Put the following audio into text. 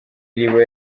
iriba